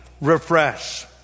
Refresh